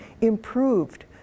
improved